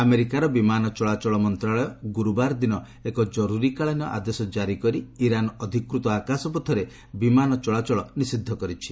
ଆମେରିକାର ବିମାନ ଚଳାଚଳ ମନ୍ତ୍ରଶାଳୟ ଗୁରୁବାର ଦିନ ଏକ ଜରୁରୀକାଳୀନ ଆଦେଶ ଜାରି କରି ଇରାନ ଅଧିକୃତ ଆକାଶପଥରେ ବିମାନ ଚଳାଚଳ ନିଷିଦ୍ଧ କରିଛି